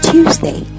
Tuesday